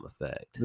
effect